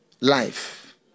life